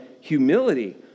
humility